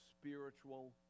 spiritual